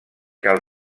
cal